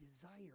desire